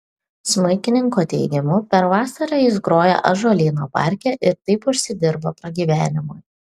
smuikininko teigimu per vasarą jis groja ąžuolyno parke ir taip užsidirba pragyvenimui